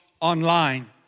online